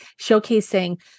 showcasing